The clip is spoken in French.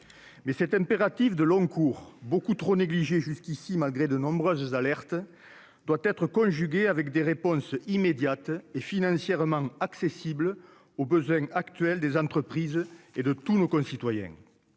mais cet impératif de long court beaucoup trop négligée jusqu'ici, malgré de nombreuses alertes doit être conjugué avec des réponses immédiates et financièrement accessibles aux besoins actuels des entreprises et de tous nos concitoyens,